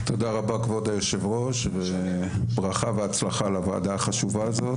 תודה רבה כבוד היושב-ראש וברכה והצלחה לוועדה החשובה הזאת,